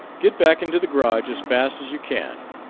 get back into the garage as fast as you can.